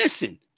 listen